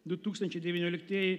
du tūkstančiai devynioliktieji